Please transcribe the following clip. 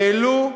העלו,